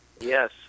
Yes